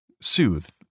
soothe